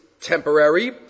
temporary